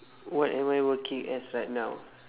what am I working as right now